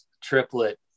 triplet